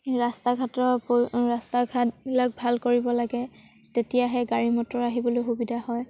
ৰাস্তা ঘাটৰ উপৰিও ৰাস্তা ঘাটবিলাক ভাল কৰিব লাগে তেতিয়াহে গাড়ী মটৰ আহিবলৈ সুবিধা হয়